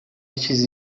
چیزی